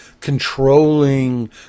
controlling